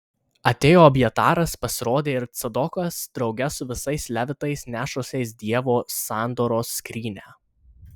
atėjo abjataras pasirodė ir cadokas drauge su visais levitais nešusiais dievo sandoros skrynią